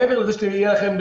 מעבר לזה שיהיו לכם,